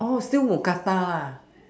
oh still mookata ah